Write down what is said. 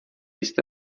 jste